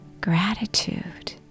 gratitude